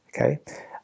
Okay